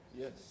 Yes